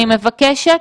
אני מבקשת,